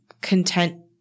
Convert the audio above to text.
content –